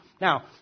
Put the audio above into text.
Now